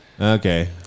Okay